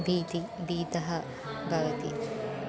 भीतिः भीतः भवति